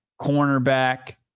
cornerback